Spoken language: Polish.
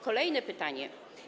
Kolejne pytanie.